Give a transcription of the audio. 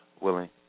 willing